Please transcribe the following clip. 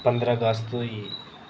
पंदरा अगस्त होई